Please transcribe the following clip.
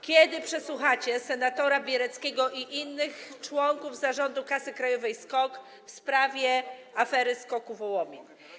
Kiedy przesłuchacie senatora Biereckiego i innych członków Zarządu Kasy Krajowej SKOK w sprawie afery SKOK-u Wołomin?